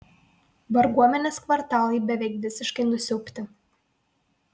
varguomenės kvartalai beveik visiškai nusiaubti